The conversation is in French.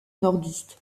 nordiste